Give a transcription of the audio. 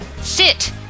sit